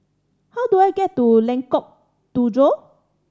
how do I get to Lengkok Tujoh